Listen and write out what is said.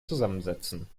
zusammensetzen